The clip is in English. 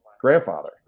grandfather